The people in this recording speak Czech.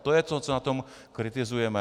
To je to, co na tom kritizujeme.